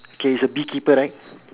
okay is a bee keeper right